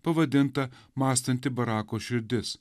pavadintą mąstanti barako širdis